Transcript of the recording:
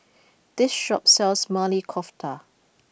this shop sells Maili Kofta